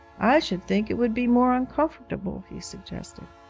i should think it would be more uncomfortable he suggested.